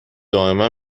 دائما